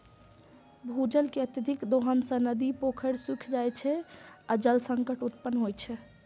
भूजल के अत्यधिक दोहन सं नदी, पोखरि सूखि जाइ छै आ जल संकट उत्पन्न होइ छै